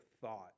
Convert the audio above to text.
thought